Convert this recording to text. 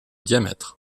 diamètre